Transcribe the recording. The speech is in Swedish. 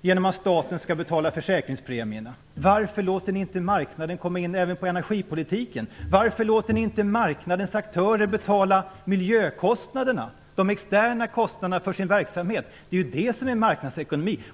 genom att staten skall betala försäkringspremierna. Varför låter ni inte marknaden komma in även på energipolitiken? Varför låter ni inte marknadens aktörer stå för miljökostnaderna, de externa kostnaderna för sin verksamhet? Det är ju det som är marknadsekonomi.